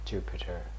Jupiter